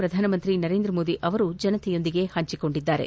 ಪ್ರಧಾನಮಂತ್ರಿ ನರೇಂದ್ರ ಮೋದಿ ಜನತೆಯೊಂದಿಗೆ ಹಂಚಿಕೊಂಡಿದ್ದಾರೆ